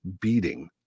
beating